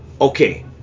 Okay